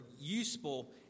useful